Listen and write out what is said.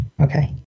Okay